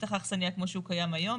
שטח האכסניה כמו שהוא קיים היום,